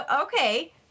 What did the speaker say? okay